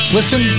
Listen